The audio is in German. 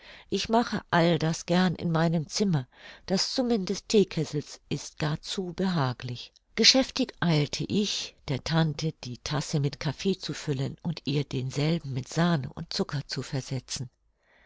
ich mache all das gern in meinem zimmer das summen des theekessels ist gar zu behaglich geschäftig eilte ich der tante die tasse mit kaffee zu füllen und ihr denselben mit sahne und zucker zu versetzen